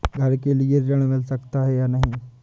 घर के लिए ऋण मिल सकता है या नहीं?